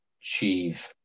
achieve